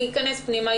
אני אכנס פנימה,